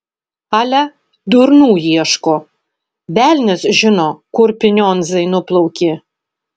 ale durnų ieško velnias žino kur pinionzai nuplaukė